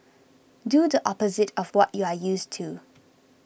do the opposite of what you are used to